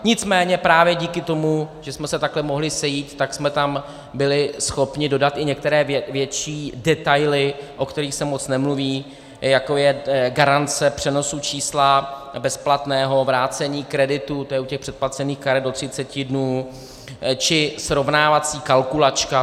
Nicméně právě díky tomu, že jsme se takhle mohli sejít, tak jsme tam byli schopni dodat i některé větší detaily, o kterých se moc nemluví, jako je garance přenosu čísla, bezplatného vrácení kreditu, to je u předplacených karet do třiceti dnů, či srovnávací kalkulačka.